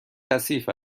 کثیف